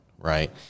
Right